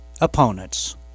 opponents